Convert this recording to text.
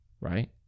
right